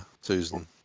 Susan